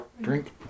Drink